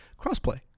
Crossplay